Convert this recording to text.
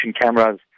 cameras